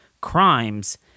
crimes